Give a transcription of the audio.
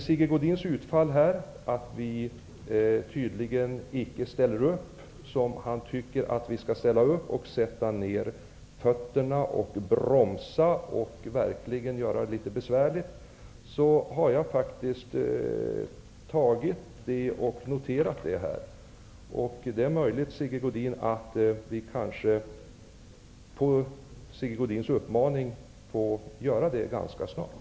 Sigge Godins utfall här mot oss och hans uttalanden om att vi tydligen icke ställer upp i den utsträckning som han tycker att vi skall göra -- han tycker ju att vi skall sätta fötterna i marken och bromsa för att verkligen göra det hela litet besvärligt -- har jag faktiskt noterat. Det är möjligt att vi, på Sigge Godins uppmaning, får göra detta ganska snart.